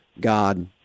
God